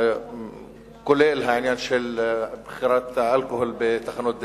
כולל העניין של מכירת האלכוהול בתחנות דלק,